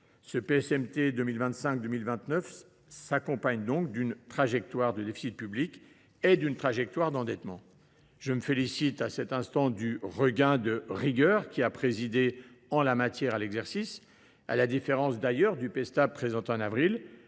Le PSMT 2025 2029 s’accompagne donc d’une trajectoire de déficit public et d’une trajectoire d’endettement. Je me félicite du regain de rigueur qui a présidé, en la matière, à l’exercice. À la différence du PStab présenté en avril,